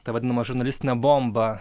ta vadinama žurnalistinė bomba